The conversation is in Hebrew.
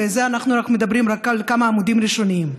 ואנחנו מדברים רק על כמה עמודים ראשונים.